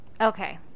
Okay